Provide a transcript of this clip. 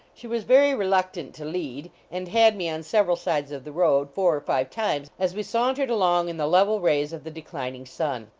she was very reluc tant to lead, and had me on several sides of the road four or five times as we sauntered along in the level rays of the declining sun.